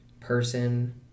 person